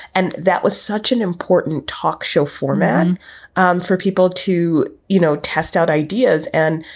and that was such an important talk show for man um for people to, you know, test out ideas and,